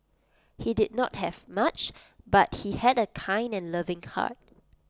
he did not have much but he had A kind and loving heart